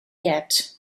yet